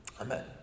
Amen